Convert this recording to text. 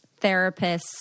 therapists